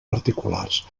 particulars